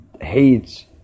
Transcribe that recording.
hates